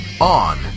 on